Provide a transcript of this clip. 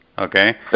Okay